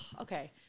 Okay